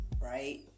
right